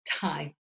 time